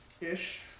ish